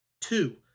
Two